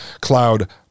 cloud